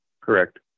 Correct